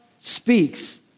speaks